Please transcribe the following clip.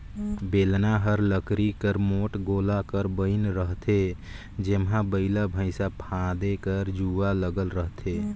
बेलना हर लकरी कर मोट गोला कर बइन रहथे जेम्हा बइला भइसा फादे कर जुवा लगल रहथे